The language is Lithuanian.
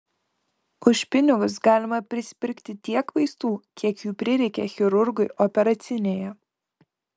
už pinigus galima prisipirkti tiek vaistų kiek jų prireikia chirurgui operacinėje